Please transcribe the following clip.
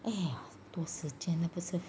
哎很多时间不是吗